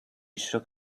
shook